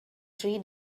three